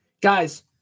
Guys